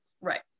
Right